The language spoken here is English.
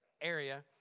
area